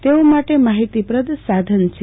તેઓ માટે માહિતીપ્રદ સાધન છે